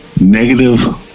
negative